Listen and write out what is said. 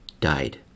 died